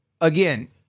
Again